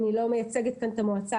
אני לא מייצגת כאן את המועצה,